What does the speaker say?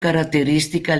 caratteristica